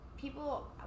people